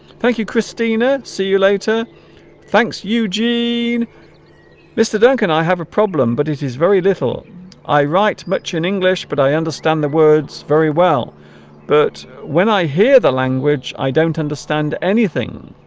thank you christina see you later thanks eugene mr. duncan i have a problem but it is very little i write much in english but i understand the words very well but when i hear the language i don't understand anything